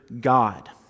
God